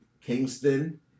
Kingston